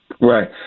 Right